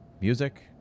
music